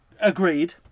Agreed